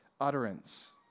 utterance